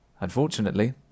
Unfortunately